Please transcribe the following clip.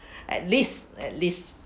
at least at least